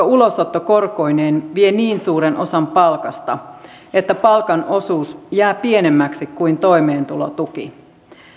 ulosotto korkoineen vie niin suuren osan palkasta että palkan osuus jää pienemmäksi kuin toimeentulotuki